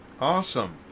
awesome